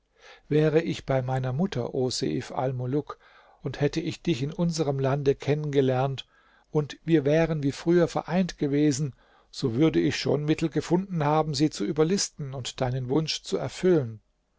wäre ich bei meiner mutter o seif almuluk und hätte ich dich in unserem land kennengelernt und wir wären wie früher vereint gewesen so würde ich schon mittel gefunden haben sie zu überlisten und deinen wunsch zu erfüllen